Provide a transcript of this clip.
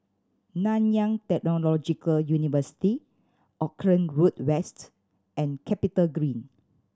Nanyang Technological University Auckland Road West and CapitaGreen